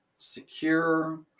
secure